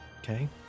Okay